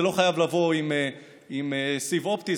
זה לא חייב לבוא עם סיב אופטי,